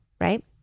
right